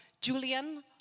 Julian